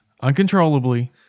uncontrollably